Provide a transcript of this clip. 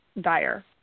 dire